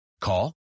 Call